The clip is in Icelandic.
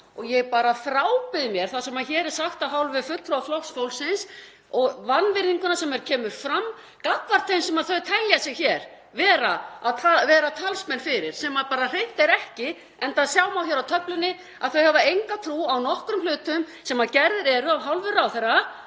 og ég frábið mér það sem hér er sagt af hálfu fulltrúa Flokks fólksins og vanvirðinguna sem kemur fram gagnvart þeim sem þau telja sig hér vera talsmenn fyrir, sem er bara hreint ekki, enda má sjá á töflunni að þau hafa enga trú á nokkrum hlutum sem gerðir eru af hálfu ráðherra.